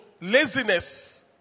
laziness